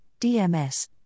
DMS